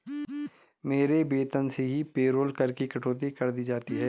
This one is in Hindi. मेरे वेतन से ही पेरोल कर की कटौती कर दी जाती है